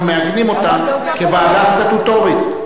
אנחנו מעגנים אותה כוועדה סטטוטורית,